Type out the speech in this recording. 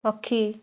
ପକ୍ଷୀ